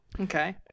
Okay